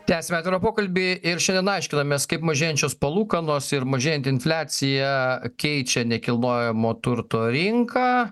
tęsiame pokalbį ir šiandien aiškinamės kaip mažėjančios palūkanos ir mažėjanti infliacija keičia nekilnojamo turto rinką